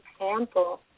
example